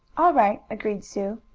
all right, agreed sue.